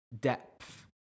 depth